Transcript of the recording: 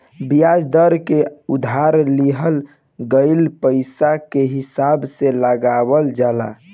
बियाज दर के उधार लिहल गईल पईसा के हिसाब से लगावल जाला